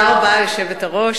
היושבת-ראש,